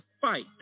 fight